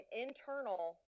internal